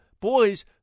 boys